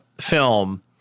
film